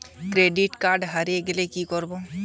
Credit card হারিয়ে গেলে কি করব?